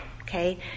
Okay